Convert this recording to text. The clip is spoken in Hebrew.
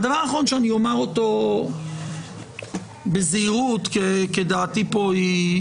והדבר האחרון שאומר אותו בזהירות כי דעתי פה היא,